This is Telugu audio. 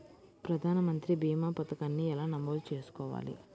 ప్రధాన మంత్రి భీమా పతకాన్ని ఎలా నమోదు చేసుకోవాలి?